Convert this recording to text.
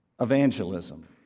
evangelism